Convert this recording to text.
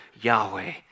Yahweh